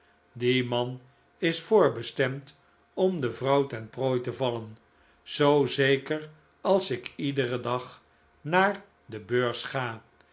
die man is voorbestemd om de vrouw ten prooi te vallen zoo zeker als ik iederen dag naar de beurs ga